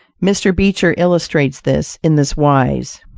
mr. beecher illustrates this, in this wise